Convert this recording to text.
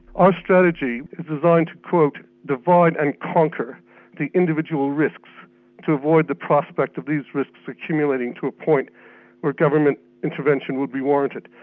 our strategy is designed to divide and conquer the individual risks to avoid the prospect of these risks accumulating to a point where government intervention would be warranted.